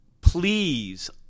please